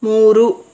ಮೂರು